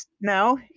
no